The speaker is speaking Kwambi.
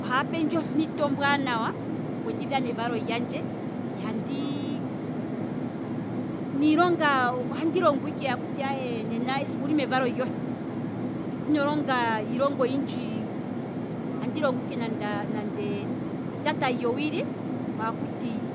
Ohaya pendje ompito ombwaanawa opo ndi dhane evalo lyandje, iha ndii niilonga ohandi longko ike akuti nena owuli mevalo lyohe, ino longa iilonga oyindji, andi longo ike nande etata lyowili, kwaa kuti